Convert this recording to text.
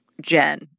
Jen